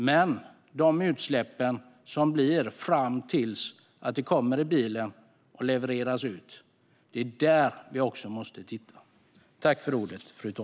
Men de utsläpp som blir fram till att detta kommer i bilen och levereras ut måste vi också titta på.